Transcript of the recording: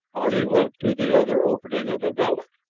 on he went to the other opening of the valley,